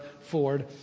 Ford